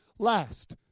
last